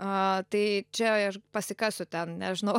a tai čia ir pasikasiu ten nežinau